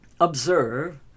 observe